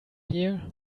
here